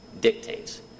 dictates